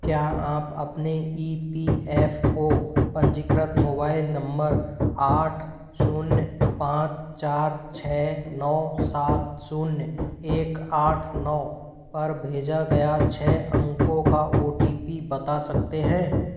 क्या आप अपने ई पी एफ़ ओ पंजीकृत मोबाइल नम्बर आठ शून्य पाँच चार छह नौ सात शून्य एक आठ नौ पर भेजा गया छः अंकों का ओ टी पी बता सकते हैं